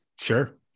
Sure